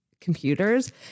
computers